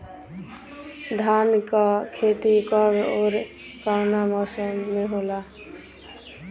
धान क खेती कब ओर कवना मौसम में होला?